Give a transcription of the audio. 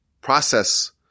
process